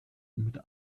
mit